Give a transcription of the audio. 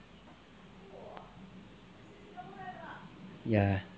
ya